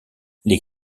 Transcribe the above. les